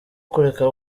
kureka